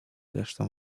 resztę